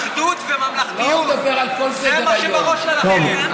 אחדות וממלכתיות, זה מה שבראש שלכם.